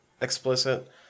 explicit